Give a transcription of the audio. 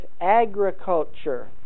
agriculture